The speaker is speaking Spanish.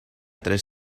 tres